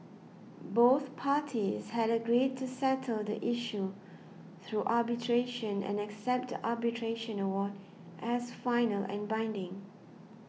both parties had agreed to settle the issue through arbitration and accept the arbitration award as final and binding